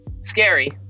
Scary